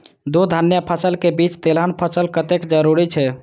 दू धान्य फसल के बीच तेलहन फसल कतेक जरूरी छे?